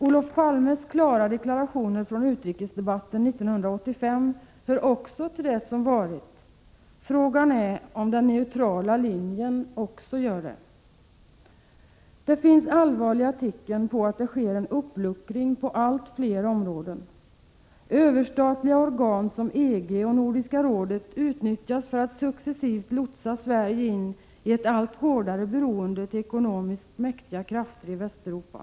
Olof Palmes klara deklarationer från utrikesdebatten 1985 hör också till det som varit. Frågan är om den neutrala linjen också gör det. Det finns allvarliga tecken på att det sker en uppluckring på allt fler områden. Överstatliga organ som EG och Nordiska rådet utnyttjas för att successivt lotsa Sverige in i ett allt hårdare beroende till ekonomiskt mäktiga krafter i Västeuropa.